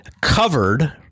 covered